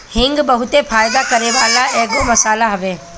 हिंग बहुते फायदा करेवाला एगो मसाला हवे